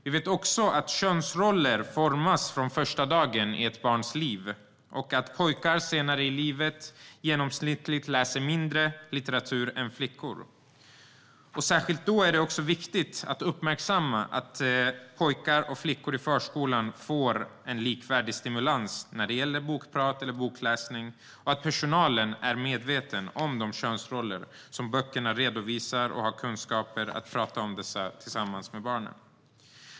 Vi vet också att könsroller formas från första dagen i ett barns liv och att pojkar senare i livet i genomsnitt läser mindre litteratur än flickor. Särskilt då är det viktigt att uppmärksamma att pojkar och flickor i förskolan får en likvärdig stimulans när det gäller bokprat eller bokläsning och att personalen är medveten om de könsroller som böckerna redovisar och har kunskapen att prata om detta tillsammans med barnen.